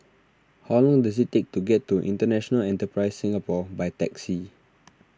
how long does it take to get to International Enterprise Singapore by taxi